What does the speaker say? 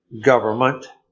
government